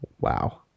Wow